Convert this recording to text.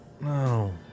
No